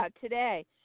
today